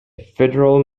federal